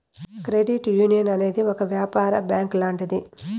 credit union అనేది ఒక యాపార బ్యాంక్ లాంటిది